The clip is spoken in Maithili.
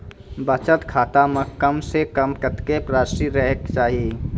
बचत खाता म कम से कम कत्तेक रासि रहे के चाहि?